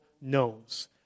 knows